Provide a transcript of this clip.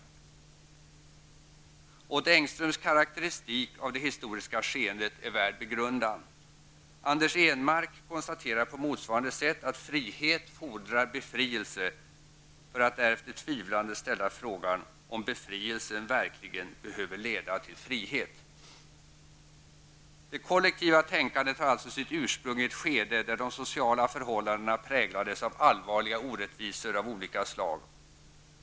Odd Engströms karakteristik av det historiska skeendet är värd begrundan. Anders Ehnmark konstaterar på motsvarande sätt att frihet fordrar befrielse, för att därefter tvivlande ställa frågan om befrielsen verkligen behöver leda till frihet. Det kollektiva tänkandet har alltså sitt ursprung i ett skede där de sociala förhållandena präglades av allvarliga orättvisor av olika slag.